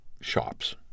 shops